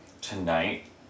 tonight